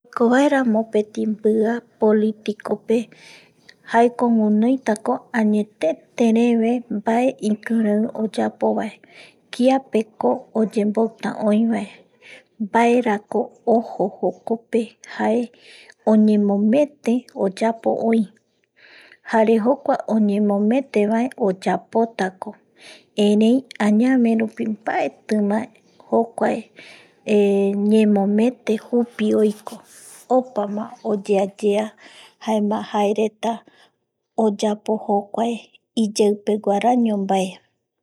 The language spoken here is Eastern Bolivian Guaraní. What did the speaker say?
Oikovaera mopeti mbia políticope jaeko guinoitako añetetereve mbae ikirei oyapovae kiapeko oyemboita oïvae, mbaerako ojo jokope jae oñemomete oyapo oï, jare jokua oñemometevae oyapotako, erei añave rupi mbaetima jokuae ñemomete jupi oiko opama oyeayea, jaema jaereta oyapo jokuae iyeipeguarañombae